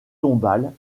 tombale